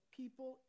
people